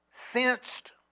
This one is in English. Fenced